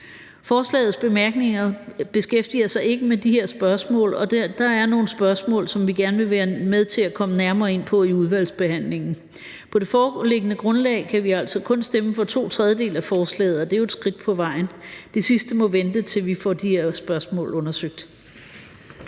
Forslagets bemærkninger beskæftiger sig ikke med de her spørgsmål, og der er nogle spørgsmål, som vi gerne vil være med til at komme nærmere ind på i udvalgsbehandlingen. På det foreliggende grundlag kan vi altså kun stemme for to tredjedele af forslaget, og det er jo et skridt på vejen. Det sidste må vente, til vi får de her spørgsmål undersøgt.